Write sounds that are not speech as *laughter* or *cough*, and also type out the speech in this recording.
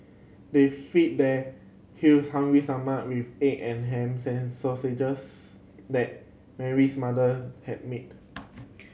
they fed their *unintelligible* hungry stomach with egg and ham *unintelligible* that Mary's mother had made